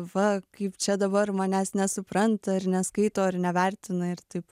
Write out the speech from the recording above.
va kaip čia dabar manęs nesupranta ir neskaito ar nevertina ir taip